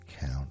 count